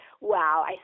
Wow